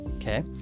okay